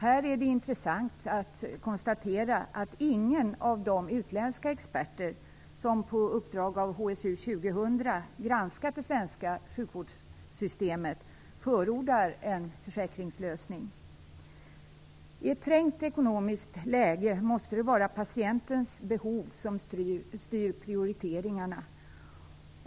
Det är intressant att konstatera att ingen av de utländska experter som på uppdrag av HSU 2000 granskat det svenska sjukvårdssystemet förordar en försäkringslösning. I ett trängt ekonomiskt läge måste det vara patientens behov som styr prioriteringarna.